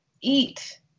eat